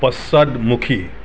পশ্চাদমুখী